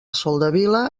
soldevila